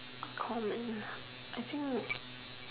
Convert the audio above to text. calling I think